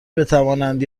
بتوانند